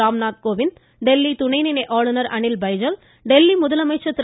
ராம்நாத் கோவிந்த் தில்லி துணை நிலை ஆளுநர் அனில் பைஜால் தில்லி முதலமைச்சர் திரு